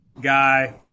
guy